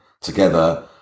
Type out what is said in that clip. together